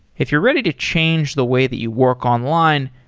if you're ready to change the way that you work online,